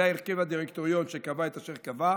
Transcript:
זה ההרכב הדירקטוריון שקבע את אשר קבע,